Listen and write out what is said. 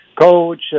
coach